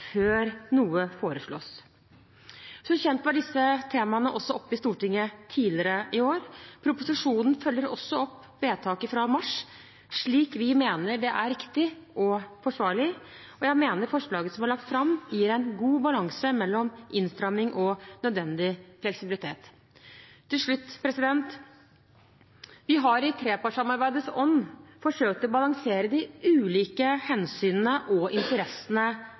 før noe foreslås. Som kjent var disse temaene også oppe i Stortinget tidligere i år. Proposisjonen følger også opp vedtaket fra mars, slik vi mener det er riktig og forsvarlig. Jeg mener forslaget som er lagt fram, gir en god balanse mellom innstramming og nødvendig fleksibilitet. Til slutt: Vi har i trepartssamarbeidets ånd forsøkt å balansere de ulike hensynene og interessene